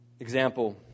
Example